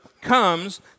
comes